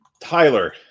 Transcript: Tyler